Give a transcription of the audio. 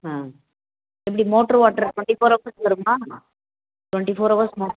ஆ எப்படி motor water twenty four அவர்ஸும் வருமா ட்வெண்ட்டி ஃபோர் அவர்ஸ்